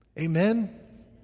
Amen